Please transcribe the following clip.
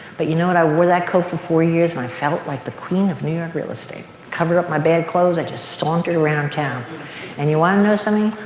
but you know what. i wore that coat for four years and felt like the queen of new york real estate. cover up my bad clothes. i just sauntered around town and you want to know something?